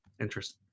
interesting